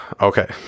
Okay